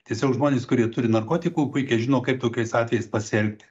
tiesiog žmonės kurie turi narkotikų puikiai žino kaip tokiais atvejais pasielgti